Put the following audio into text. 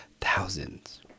Thousands